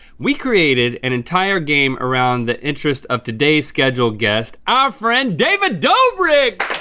we created an entire game around the interest of today's scheduled guest, our friend david dobrik!